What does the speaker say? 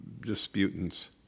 disputants